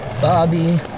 Bobby